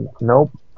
Nope